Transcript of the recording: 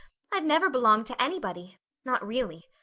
i've never belonged to anybody not really.